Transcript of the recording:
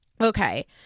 Okay